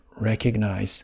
recognize